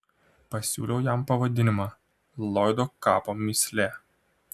pasiūliau jam pavadinimą lloydo kapo mįslė